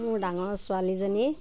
মোৰ ডাঙৰ ছোৱালীজনী